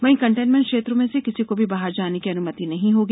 वहीं कंटेनमेंट क्षेत्रों से किसी को भी बाहर जाने की अनुमति नहीं होगी